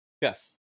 yes